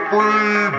Free